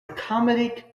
accommodate